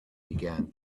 began